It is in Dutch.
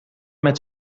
met